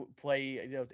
play